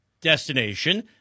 destination